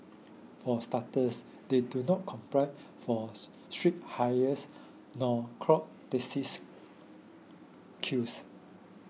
for starters they do not force street hires nor clog taxi's queues